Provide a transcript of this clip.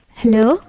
hello